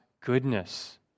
goodness